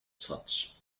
touch